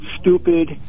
stupid